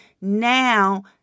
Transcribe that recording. now